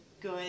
good